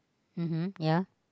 mmhmm ya